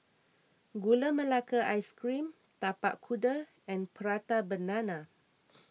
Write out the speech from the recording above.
Gula Melaka Ice Cream Tapak Kuda and Prata Banana